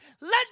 Let